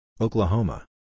Oklahoma